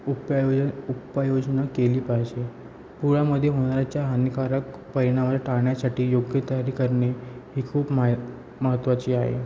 उपाययोजना उपाययोजना केली पाहिजे पुरामध्ये होणाऱ्या हानिकारक परिणाम टाळण्यासाठी योग्य तयारी करणे ही खूप माय महत्त्वाची आहे